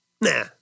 Nah